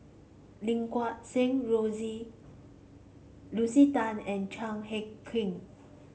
Lim Guat Kheng Rosie Lucy Tan and Chan Heng Chee